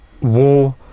war